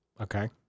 Okay